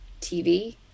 tv